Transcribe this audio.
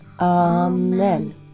Amen